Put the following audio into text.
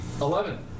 Eleven